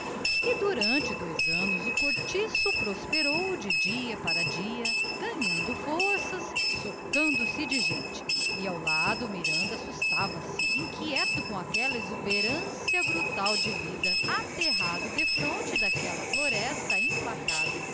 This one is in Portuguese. esterco durante dois anos o cortiço prosperou de dia para dia ganhando forças socando se de gente e ao lado o miranda assustava-se inquieto com aquela exuberância brutal de vida aterrado defronte daquela floresta implacável